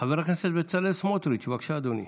חבר הכנסת בצלאל סמוטריץ', בבקשה, אדוני.